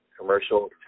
commercial